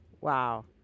Wow